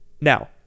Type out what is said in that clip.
Now